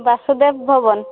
Basudev Bhavan